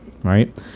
right